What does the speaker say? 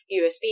usb